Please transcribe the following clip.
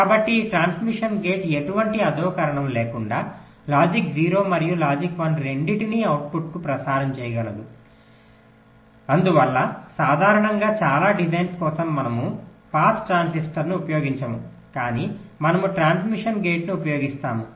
కాబట్టి ఈ transmission gate ఎటువంటి అధోకరణం లేకుండా లాజిక్ 0 మరియు లాజిక్ 1 రెండింటినీ అవుట్పుట్కు ప్రసారం చేయగలదు అందువల్ల సాధారణంగా చాలా డిజైన్స్ కోసం మనము పాస్ ట్రాన్సిస్టర్ను ఉపయోగించము కానీ మనము ట్రాన్స్మిషన్ గేట్ను ఉపయోగిస్తాము